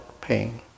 pain